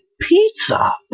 pizza